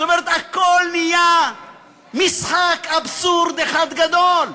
זאת אומרת, הכול נהיה משחק אבסורד אחד גדול.